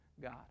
God